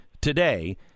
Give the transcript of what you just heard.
today